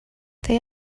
they